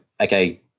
okay